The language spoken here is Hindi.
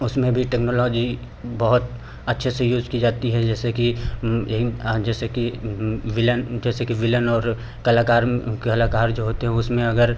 उसमें भी टेक्नोलॉजी बहुत अच्छे से यूस की जाती है जैसे कि ही जैसे कि विलन और कलाकार कलाकार जो होते हैं उसमें अगर